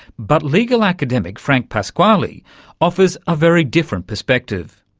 but legal academic frank pasquale offers a very different perspective.